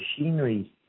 machinery